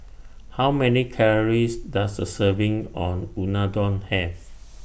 How Many Calories Does A Serving on Unadon Have